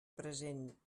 present